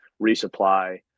resupply